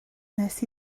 wnes